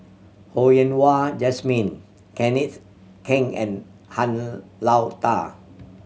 Ho Yen Wah Jesmine Kenneth Keng and Han Lao Da